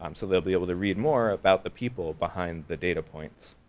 um so they'll be able to read more about the people behind the data points.